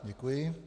Děkuji.